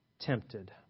tempted